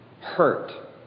hurt